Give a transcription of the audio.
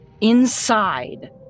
inside